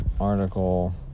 article